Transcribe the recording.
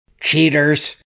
Cheaters